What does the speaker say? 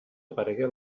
aparegué